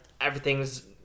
everything's